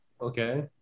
Okay